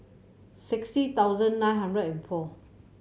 sixty thousand nine hundred and four